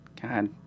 God